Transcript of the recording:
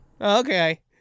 Okay